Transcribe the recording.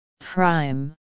prime